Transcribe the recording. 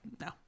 no